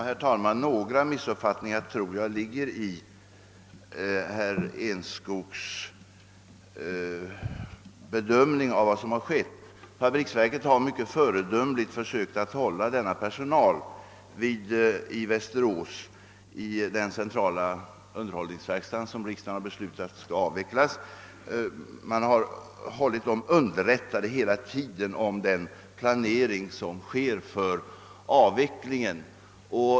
Herr talman! Några missuppfattningar tror jag ligger bakom herr Enskogs bedömning av vad som har skett. Försvarets fabriksverk har mycket föredömligt hela tiden försökt hålla personalen vid den centrala underhållsverkstaden i Västerås, som enligt riksdagens beslut skall avvecklas, underrättad om planeringen för avvecklingen.